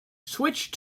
switch